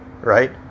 right